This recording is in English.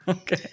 Okay